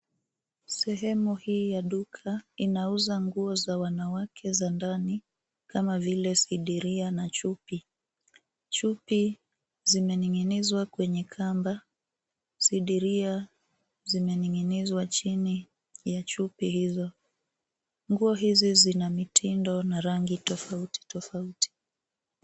Sehemu hii ya duka inauza nguo za wanawake wa ndani kama vile sidiria na chupi. Chupi zimening'inizwa kwenye kamba. Sidiria zimening'inizwa chini ya chupi hizo. Nguo hizi zina mitindo na rangi tofautitofauti.